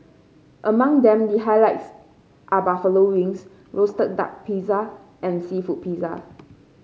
among them the highlights are buffalo wings roasted duck pizza and seafood pizza